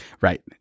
Right